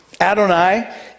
Adonai